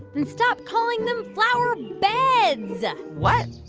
then stop calling them flower beds what?